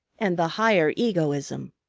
and the higher egoism.